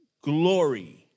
glory